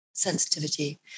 sensitivity